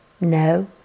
No